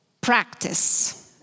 Practice